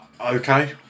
Okay